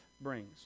brings